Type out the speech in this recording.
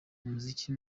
umuziki